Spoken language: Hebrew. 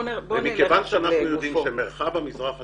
מכיוון שאנחנו יודעים שמרחב המזרח התיכון,